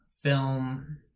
film